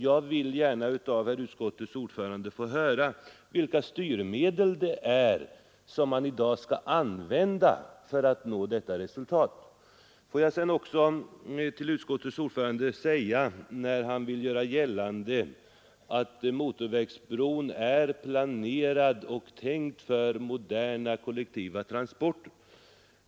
Jag vill gärna höra av utskottets ordförande vilka styrmedel det är som man i dag skall använda för att nå detta resultat. Utskottets ordförande säger också att motorvägsbron är planerad och tänkt för moderna kollektiva transporter.